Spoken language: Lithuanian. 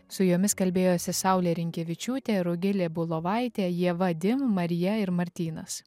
su jomis kalbėjosi saulė rinkevičiūtė rugilė bulovaitė ieva dim marija ir martynas